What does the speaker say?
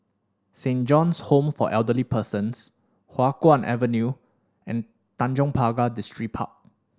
Saint John's Home for Elderly Persons Hua Guan Avenue and Tanjong Pagar Distripark